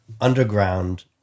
underground